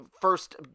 first